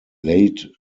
laid